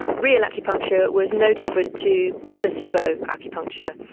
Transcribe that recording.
real acupuncture was no different to placebo acupuncture.